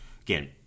again